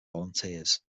volunteers